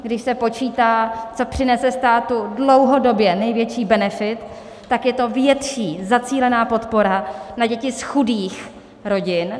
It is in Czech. Když se počítá, co přinese státu dlouhodobě největší benefit, tak je to větší zacílená podpora na děti z chudých rodin.